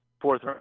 fourth